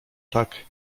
tak